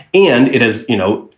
and it is, you know,